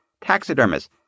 taxidermists